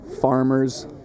Farmers